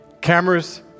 cameras